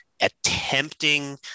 attempting